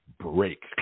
break